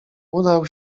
udał